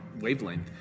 wavelength